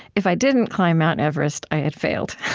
if i didn't climb mount everest, i had failed.